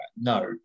No